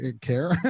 care